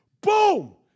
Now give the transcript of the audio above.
boom